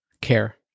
care